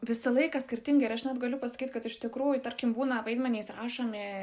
visą laiką skirtingai ir aš net galiu pasakyt kad iš tikrųjų tarkim būna vaidmenys rašomi